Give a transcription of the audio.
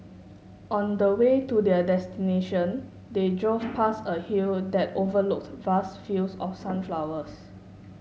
on the way to their destination they drove past a hill that overlooked vast fields of sunflowers